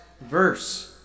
verse